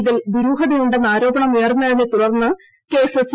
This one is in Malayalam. ഇതിൽ ദുരൂഹതയുണ്ടെന്ന് ആരോപണമുയർന്നതിനെത്തുടർന്ന് കേസ് സി